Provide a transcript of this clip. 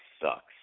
sucks